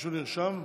מישהו נרשם?